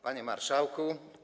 Panie Marszałku!